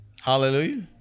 Hallelujah